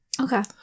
Okay